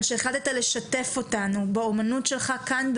על שהחלטת לשתף אותנו באומנות שלך כאן,